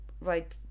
right